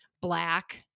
black